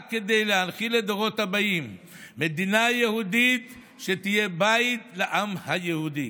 רק כדי להנחיל לדורות הבאים מדינה יהודית שתהיה בית לעם היהודי.